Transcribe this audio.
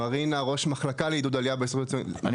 מרינה, ראש מחלקה לעידוד עלייה, מה?